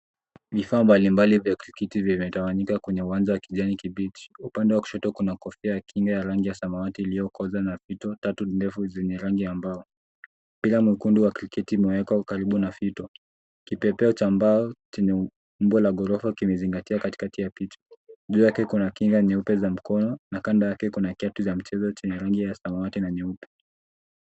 Vifaa mbalimbali vya kikiti vimetawanyika kwenye uwanja wa kijani kibichi. Upande wa kushoto kuna kofia ya kinga ya rangi ya samawati iliyokoza na vito tatu ndefu zenye rangi ya mbao. Mpira mwekundu wa kriketi imewekwa karibu na vito. Kipepeo cha mbao chenye umbo la ghorofa kimezingatia katikati ya picha. Juu yake kuna kinga nyeupe za mkono na kando yake kuna kiatu za mchezo chenya rangi ya samawati na nyeupe.